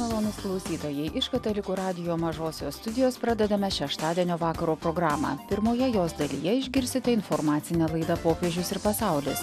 malonūs klausytojai iš katalikų radijo mažosios studijos pradedame šeštadienio vakaro programą pirmoje jos dalyje išgirsite informacinę laidą popiežius ir pasaulis